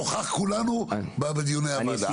נוכח כולנו בדיוני הוועדה.